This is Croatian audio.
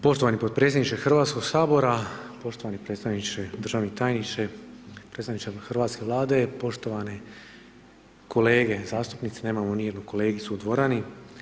Poštovani potpredsjedniče HS-a, poštovani predstavniče, državni tajniče, predstavniče hrvatske Vlade, poštovane kolege zastupnici, nemamo nijednu kolegicu u dvorani.